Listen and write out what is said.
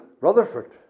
Rutherford